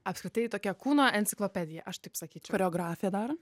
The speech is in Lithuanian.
apskritai tokia kūno enciklopedija aš taip sakyčiau choreografė dar